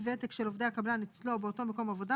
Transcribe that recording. ותק של עובדי הקבלן אצלו או באותו מקום עבודה,